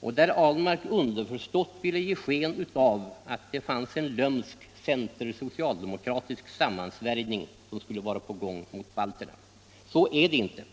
och där herr Ahlmark underförstått ville ge sken av att en lömsk center-socialdemokratisk sammansvärjning skulle vara på gång mot balterna. Så är det inte!